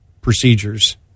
procedures